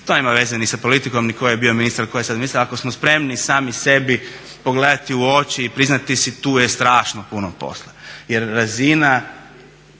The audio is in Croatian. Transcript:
to nema veze ni sa politikom, ni tko je bio ministar, tko je sad ministar. Ako smo spremni sami sebi pogledati u oči i priznati si tu je strašno puno posla jer razina